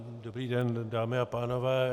Dobrý den, dámy a pánové.